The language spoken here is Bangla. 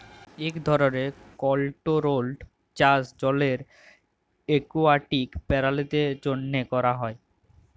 ইক ধরলের কলটোরোলড চাষ জলের একুয়াটিক পেরালিদের জ্যনহে ক্যরা হ্যয়